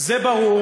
זה ברור